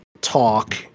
talk